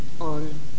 on